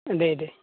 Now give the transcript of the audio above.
दे दे